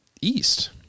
East